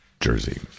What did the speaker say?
Jersey